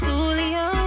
Julio